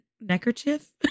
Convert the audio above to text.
neckerchief